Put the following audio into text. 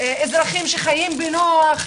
אזרחים שחיים בנוח,